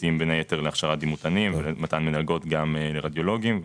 שמוקצים בין היתר להכשרת דימותנים ומתן מלגות גם לרדיולוגים.